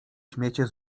śmiecie